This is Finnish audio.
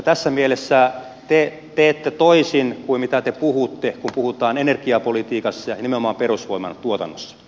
tässä mielessä te teette toisin kuin te puhutte kun puhutaan energiapolitiikasta ja nimenomaan perusvoiman tuotannosta